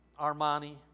Armani